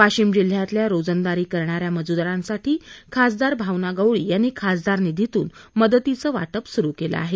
वाशिम जिल्ह्यातल्या रोजंदारी करणाऱ्या मजुरांसाठी खासदार भावना गवळी यांनी खासदार निधीतून मदतीचे वाटप सुरू केले आहे